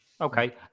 okay